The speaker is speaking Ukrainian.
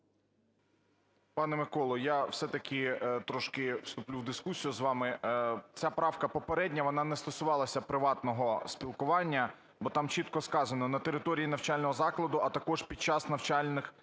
Пане Миколо, я все-таки трошки вступлю в дискусію з вами. Ця правка, попередня, вона не стосувалася приватного спілкування, бо там чітко сказано: "на території навчального, а також під час навчальних